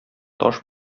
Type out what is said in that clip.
таш